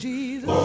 Jesus